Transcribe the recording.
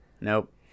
Nope